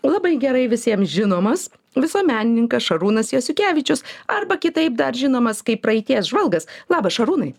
labai gerai visiem žinomas visuomenininkas šarūnas jasiukevičius arba kitaip dar žinomas kaip praeities žvalgas labas šarūnai